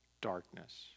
darkness